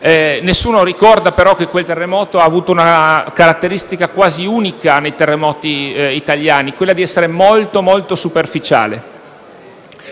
Nessuno ricorda, però, che quel terremoto ha avuto una caratteristica quasi unica nei terremoti italiani, ossia quella di avere un epicentro molto superficiale,